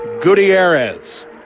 Gutierrez